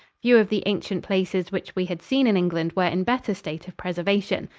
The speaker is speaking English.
few of the ancient places which we had seen in england were in better state of preservation.